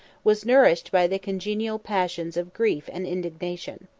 was nourished by the congenial passions of grief and indignation.